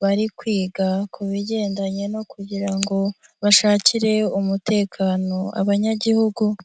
bari kwiga ku bigendanye no kugira ngo bashakire umutekano abanyagihugu.